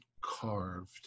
carved